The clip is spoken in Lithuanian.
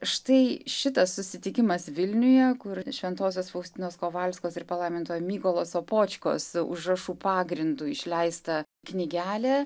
štai šitas susitikimas vilniuje kur šventosios faustinos kovalskos ir palaiminto mykolo sopočkos užrašų pagrindu išleista knygelė